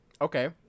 Okay